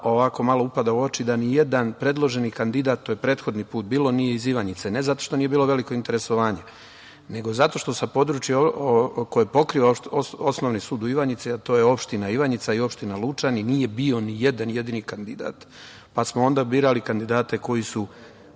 malo upada u oči, da ni jedan predloženi kandidat, to je prethodni put bilo, nije iz Ivanjice. Ne zato što nije bilo veliko interesovanje, nego zato što sa područja koje pokriva Osnovni sud u Ivanjici, a to je opština Ivanjica i opština Lučani, nije bio ni jedan jedini kandidat. Onda smo birali kandidate koji